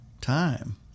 time